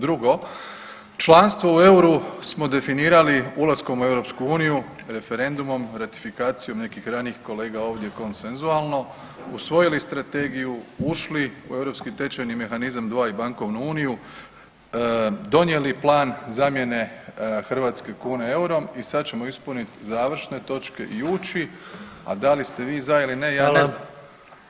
Drugo, članstvo u euru smo definirali ulaskom u EU referendumom i ratifikacijom nekih ranijih kolega ovdje konsenzualno, usvojili strategiju, ušli u Europski tečajni mehanizam 2 i bankovnu uniju, donijeli plan zamjene hrvatske kune eurom i sad ćemo ispunit završne točke i ući, a da li ste vi za ili ne, ja ne znam.